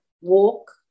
walk